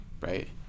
Right